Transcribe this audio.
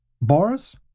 Boris